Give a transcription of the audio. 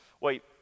wait